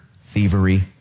thievery